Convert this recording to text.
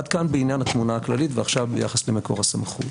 עד כאן בעניין התמונה הכללית ועכשיו ביחס למקור הסמכות.